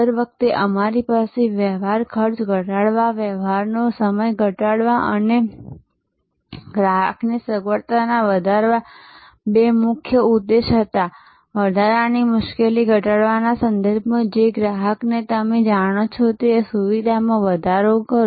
દર વખતે અમારી પાસે વ્યવહાર ખર્ચ ઘટાડવા વ્યવહારનો સમય ઘટાડવા અને ગ્રાહકની સગવડતા વધારવાના બે મુખ્ય ઉદ્દેશ્ય હતા વધારાની મુશ્કેલી ઘટાડવાના સંદર્ભમાં જે ગ્રાહક ને તમે જાણો છો તે સુવિધામાં વધારો કરો